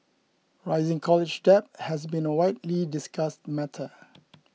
rising college debt has been a widely discussed matter